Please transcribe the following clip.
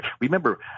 Remember